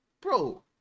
bro